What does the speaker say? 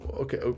Okay